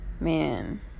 man